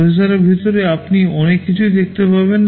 প্রসেসরের ভিতরে আপনি অনেক কিছুই দেখতে পাবেন